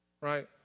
right